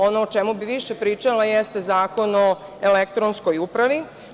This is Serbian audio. Ono o čemu bi više pričala jeste Zakon o elektronskoj upravi.